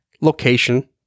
location